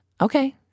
okay